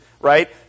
right